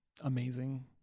amazing